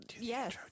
yes